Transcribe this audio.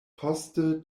poste